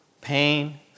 Pain